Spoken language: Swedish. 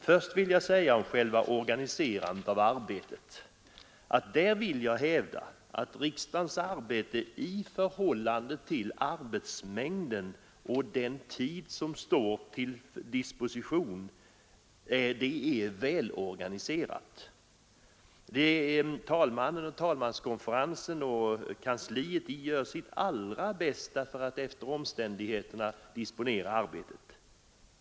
Först vill jag hävda att riksdagens arbete med tanke på arbetsmängden och den tid som står till disposition är väl organiserat. Talmannen, talmanskonferensen och kammarkansliet gör sitt allra bästa för att efter omständigheterna organisera arbetet.